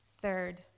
Third